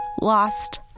lost